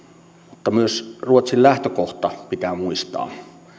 mutta myös ruotsin lähtökohta pitää muistaa